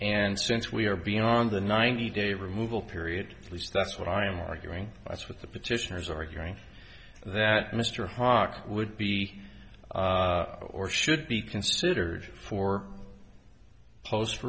and since we are beyond the ninety day removal period at least that's what i am arguing ice with the petitioners arguing that mr hockey would be or should be considered for post